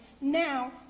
now